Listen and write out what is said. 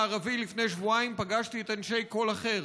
לפני שבועיים פגשתי בנגב המערבי את אנשי קול אחר,